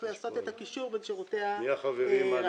לעשות את הקישור בין שירותי הסיעוד,